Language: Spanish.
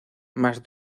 más